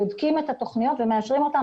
בודקים את התוכניות ומאשרים אותן.